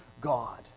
God